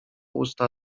usta